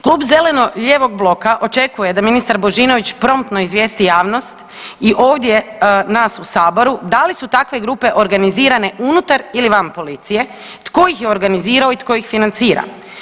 Klub zeleno-lijevog bloka očekuje da ministar Božinović promptno izvijesti javnost i ovdje nas u saboru, da li su takve grupe organizirane unutar ili van policije, tko ih je organizirao i tko ih financira.